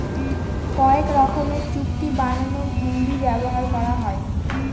কয়েক রকমের চুক্তি বানানোর হুন্ডি ব্যবহার করা হয়